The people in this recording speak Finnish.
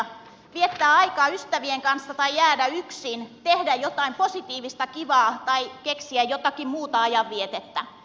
viettää aikaa ystävien kanssa tai jäädä yksin tehdä jotain positiivista kivaa tai keksiä jotakin muuta ajanvietettä